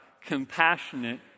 compassionate